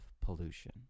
pollution